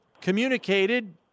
communicated